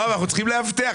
אנחנו צריכים לאבטח.